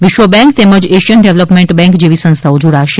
વિશ્વ બેન્ક તેમજ Asian development bank જેવી સંસ્થાઓ જોડાશે